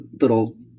little